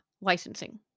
licensing